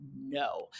No